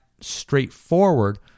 straightforward